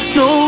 no